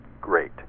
great